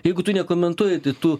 jeigu tu nekomentuoji tai tu